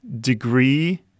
degree